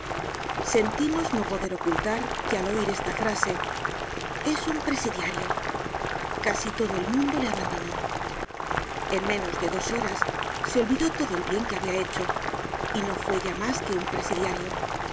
sentimos no poder ocultar que al oir esta frase es un presidiario casi todo el mundo le abandonó en menos de dos horas se olvidó todo el bien que habia hecho y no fue ya mas que un presidiario